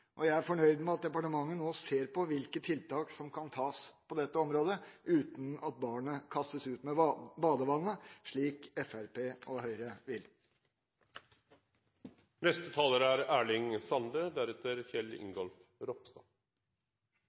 og jeg er fornøyd med at departementet nå ser på hvilke tiltak som kan gjøres på dette området uten at barnet kastes ut med badevannet, slik Fremskrittspartiet og Høyre vil. Senterpartiet har alltid vore oppteke av lokaldemokratiet sine vilkår. Vi trur at vettet er